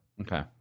okay